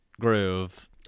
groove